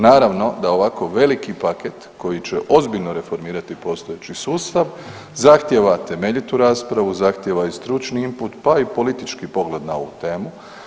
Naravno da ovako veliki paket koji će ozbiljno reformirati postojeći sustav zahtjeva temeljitu raspravu, zahtjeva i stručni imput pa i politički pogled na ovu temu.